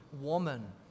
woman